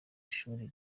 ishuri